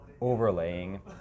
overlaying